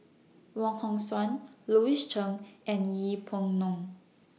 Wong Hong Suen Louis Chen and Yeng Pway Ngon